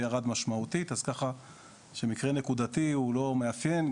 וירד משמעותית אז ככה שמקרה נקודתי הוא לא מאפיין.